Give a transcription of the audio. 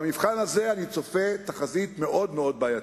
במבחן הזה אני צופה תחזית מאוד מאוד בעייתית.